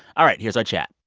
all right. here's our chat